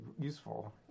useful